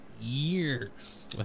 years